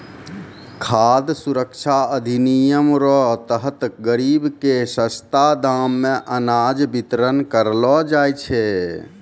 खाद सुरक्षा अधिनियम रो तहत गरीब के सस्ता दाम मे अनाज बितरण करलो जाय छै